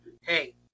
hey